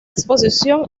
exposición